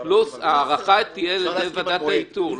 ההארכה תהיה על ידי ועדת האיתור,